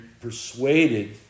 persuaded